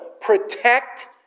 protect